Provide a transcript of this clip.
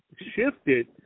shifted